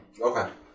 Okay